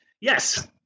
Yes